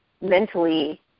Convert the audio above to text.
mentally